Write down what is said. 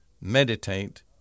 meditate